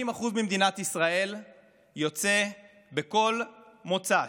50% במדינת ישראל יוצאים בכל מוצ"ש,